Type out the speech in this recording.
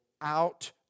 out